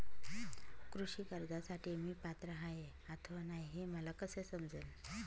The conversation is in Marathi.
कृषी कर्जासाठी मी पात्र आहे अथवा नाही, हे मला कसे समजेल?